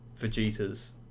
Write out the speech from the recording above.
Vegeta's